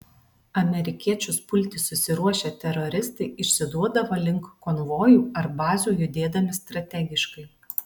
amerikiečius pulti susiruošę teroristai išsiduodavo link konvojų ar bazių judėdami strategiškai